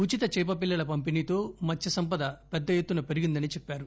ఉచితచేప పిల్లల పంపిణీతో మత్య సంపద పెద్దఎత్తున పెరిగిందని చెప్పారు